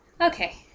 okay